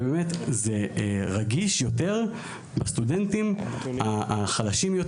זה רגיש יותר לסטודנטים החלשים: